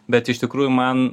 bet iš tikrųjų man